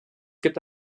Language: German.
gibt